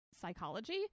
psychology